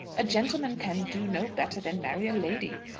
a gentleman can do no better than marry a lady.